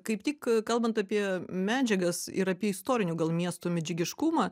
kaip tik kalbant apie medžiagas ir apie istorinių miestų medžiagiškumą